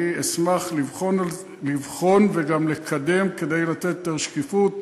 אשמח לבחון וגם לקדם כדי לתת יותר שקיפות,